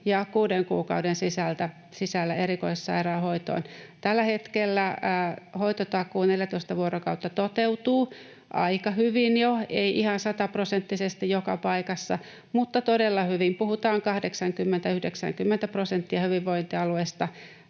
ja kuuden kuukauden sisällä erikoissairaanhoidosta. Tällä hetkellä hoitotakuu, 14 vuorokautta, toteutuu jo aika hyvin, ei ihan sataprosenttisesti joka paikassa, mutta todella hyvin: 80—90 prosenttia hyvinvointialueista